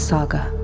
Saga